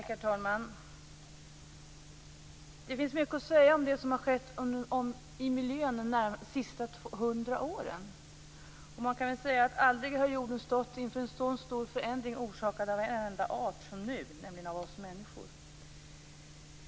Herr talman! Det finns mycket att säga om det som har skett i miljön under de senaste hundra åren. Man kan väl säga att aldrig har jorden stått inför en så stor förändring orsakad av en enda art som nu, nämligen av oss människor.